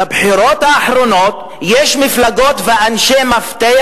בבחירות האחרונות יש מפלגות ואנשי מפתח